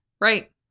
Right